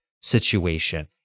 situation